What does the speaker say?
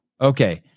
Okay